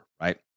right